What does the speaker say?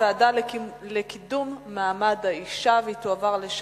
לוועדה לקידום מעמד האשה נתקבלה.